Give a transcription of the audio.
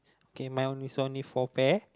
okay my one is only four pair